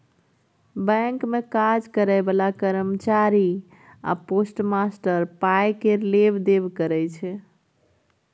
bank मे काज करय बला कर्मचारी या पोस्टमास्टर पाइ केर लेब देब करय छै